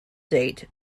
date